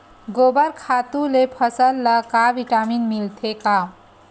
गोबर खातु ले फसल ल का विटामिन मिलथे का?